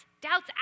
doubts